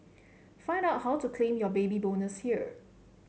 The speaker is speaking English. find out how to claim your Baby Bonus here